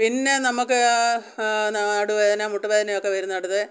പിന്നെ നമുക്ക് നടുവേദന മുട്ടുവേദനയൊക്കെ വരുന്നിടത്ത്